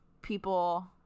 people